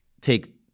take